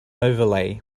overlay